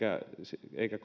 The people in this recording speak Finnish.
eikä